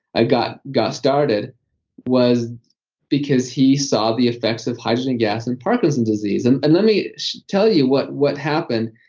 ah got got started was because he saw the effects of hydrogen gas in parkinson's disease and and let me tell you what what happened.